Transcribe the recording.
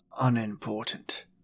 unimportant